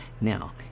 now